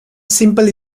simple